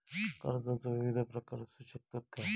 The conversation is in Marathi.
कर्जाचो विविध प्रकार असु शकतत काय?